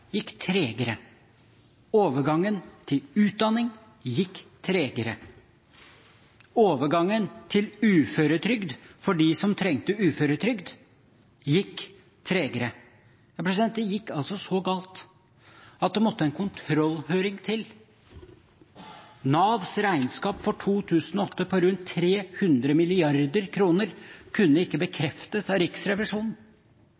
gikk tregere. Overgangen til utdanning gikk tregere. Overgangen til uføretrygd for dem som trengte uføretrygd, gikk tregere. Det gikk så galt at det måtte en kontrollhøring til. Navs regnskap for 2008 på rundt 300 mrd. kr kunne ikke bekreftes av Riksrevisjonen.